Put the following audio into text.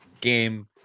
game